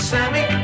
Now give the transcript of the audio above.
Sammy